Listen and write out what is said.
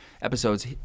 episodes